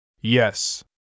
Yes